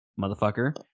motherfucker